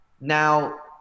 Now